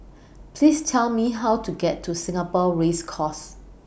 Please Tell Me How to get to Singapore Race Course